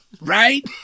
Right